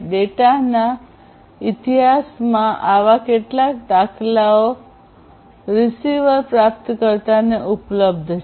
ડેટાના ઇતિહાસમાં આવા કેટલા દાખલાઓ રીસીવર પ્રાપ્તકર્તાને ઉપલબ્ધ છે